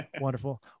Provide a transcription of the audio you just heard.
Wonderful